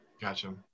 gotcha